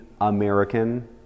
American